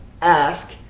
Ask